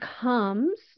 comes